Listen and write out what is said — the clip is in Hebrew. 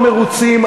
מאוד מרוצים.